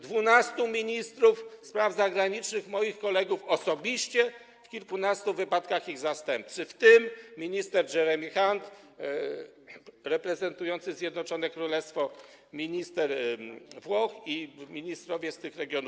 Dwunastu ministrów spraw zagranicznych, moich kolegów, było osobiście, w kilkunastu wypadkach byli ich zastępcy, w tym minister Jeremy Hunt reprezentujący Zjednoczone Królestwo, minister Włoch i ministrowie z tych regionów.